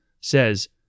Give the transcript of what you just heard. says